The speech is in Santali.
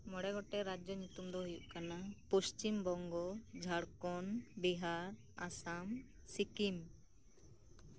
ᱢᱚᱬᱮ ᱜᱚᱴᱮᱱ ᱨᱟᱡᱽᱡᱚ ᱨᱮᱱᱟᱜ ᱧᱩᱛᱩᱢ ᱫᱚ ᱦᱳᱭᱳᱜ ᱠᱟᱱᱟ ᱯᱚᱥᱪᱤᱢ ᱵᱚᱝᱜᱚ ᱡᱷᱟᱲᱠᱦᱚᱸᱰ ᱵᱤᱦᱟᱨ ᱟᱥᱟᱢ ᱥᱤᱠᱤᱢ